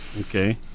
Okay